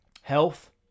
health